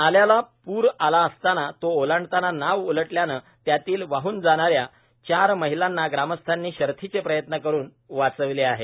नाल्याला पूर आला असताना तो ओलांडताना नाव उलटल्याने त्यातील वाहन जाणाऱ्या चार महिलांना ग्रामस्थांनी शर्थीचे प्रयत्न करून वाचविले आहे